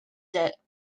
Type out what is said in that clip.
debt